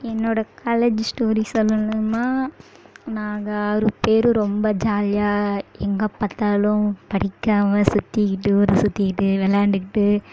என்னோட college story சொல்லணும்னா நாங்கள் ஆறு பேர் ரொம்ப ஜாலியாக எங்கே பார்த்தாலும் படிக்காமல் சுற்றிகிட்டு ஊரை சுற்றிகிட்டு விளாண்டுக்கிட்டு